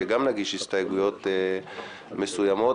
שגם נגיש הסתייגויות מסוימות,